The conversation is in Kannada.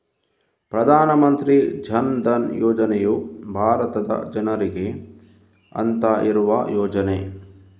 ಪ್ರಧಾನ ಮಂತ್ರಿ ಜನ್ ಧನ್ ಯೋಜನೆಯು ಭಾರತದ ಜನರಿಗೆ ಅಂತ ಇರುವ ಯೋಜನೆ